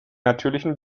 natürlichen